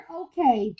okay